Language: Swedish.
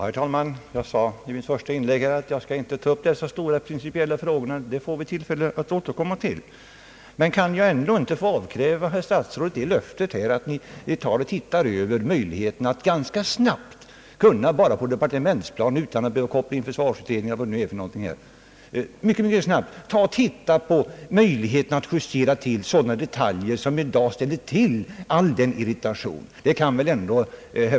Herr talman! Jag sade i mitt första inlägg att jag inte skulle ta upp dessa stora principiella frågor. Dem får vi tillfälle att återkomma till. Men kan jag ändå inte få avkräva statsrådet det löftet att man ganska snabbt på departementsplanet — och utan att koppla in försvarsutredningen — undersöker möjligheten att justera sådana detaljer som i dag ställer till all denna irritation.